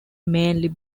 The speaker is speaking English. mainly